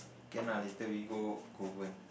can lah later we go Kovan